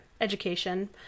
education